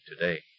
today